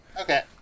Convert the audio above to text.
Okay